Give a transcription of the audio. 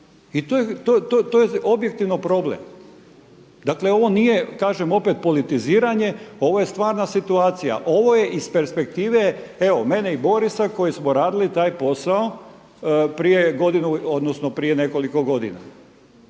i to je objektivno problem. Dakle ovo nije kažem opet politiziranje, ovo je stvarna situacija. Ovo je iz perspektive evo mene i Borisa koji smo radili taj posao prije nekoliko godina.